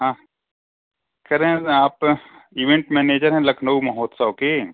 हाँ कह रहे हैं आप इवेंट मेनेजर है लखनऊ महोत्सव के